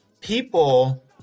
people